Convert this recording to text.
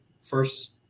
first